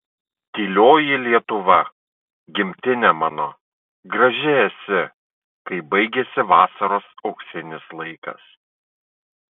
tylioji lietuva gimtine mano graži esi kai baigiasi vasaros auksinis laikas